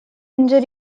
injury